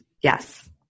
Yes